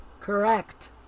Correct